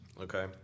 Okay